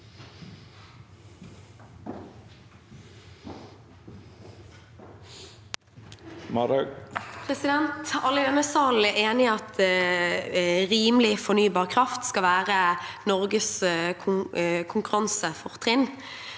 Alle i denne salen er enige om at rimelig fornybar kraft skal være Norges konkurransefortrinn.